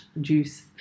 juice